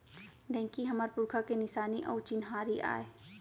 ढेंकी हमर पुरखा के निसानी अउ चिन्हारी आय